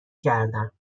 کردم